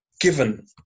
Given